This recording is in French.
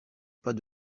pas